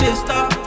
stop